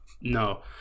no